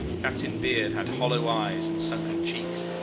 captain beard had hollow eyes and sunken cheeks.